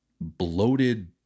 bloated